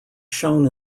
shown